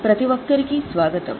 ప్రతి ఒక్కరికీ స్వాగతం